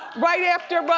right after, but